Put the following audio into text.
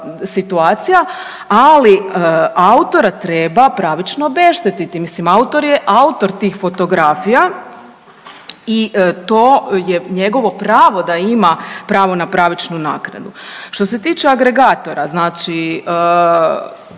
situacija. Ali autora treba pravično obeštetiti. Mislim autor je autor tih fotografija i to je njegovo pravo da ima pravo na pravičnu naknadu. Što se tiče agregatora, znači